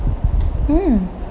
mm